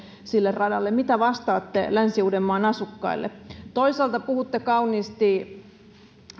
sille radalle mitä vastaatte länsi uudenmaan asukkaille toisaalta puhutte kauniisti